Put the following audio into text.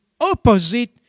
opposite